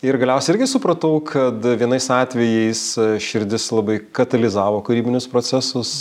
ir galiausiai irgi supratau kad vienais atvejais širdis labai katalizavo kūrybinius procesus